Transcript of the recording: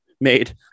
made